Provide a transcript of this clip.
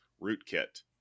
Rootkit